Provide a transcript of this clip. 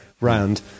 round